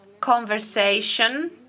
conversation